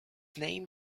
name